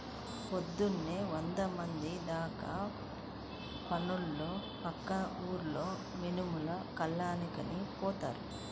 పొద్దున్నే వందమంది దాకా పనోళ్ళు పక్క ఊర్లో మినుములు కల్లానికని పోతున్నారు